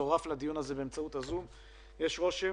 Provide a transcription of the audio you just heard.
שמשתתף בדיון הזה באמצעות הזום שיש רושם